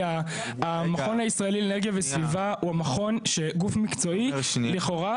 כי המכון הישראלי נגב וסביבה הוא המכון שגוף מקצועי לכאורה,